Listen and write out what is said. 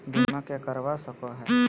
बीमा के करवा सको है?